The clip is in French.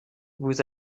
vous